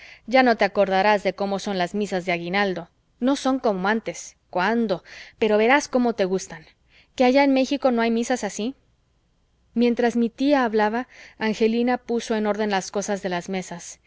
ya no te acordarás de cómo son las misas de aguinaldo no son como antes cuándo pero verás cómo te gustan qué allá en méxico no hay misas así mientras mi tía hablaba angelina puso en orden las cosas de las mesas